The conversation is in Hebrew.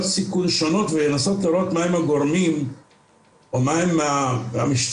סיכון שונות ולנסות לראות מה הם הגורמים או מה הם המשתנים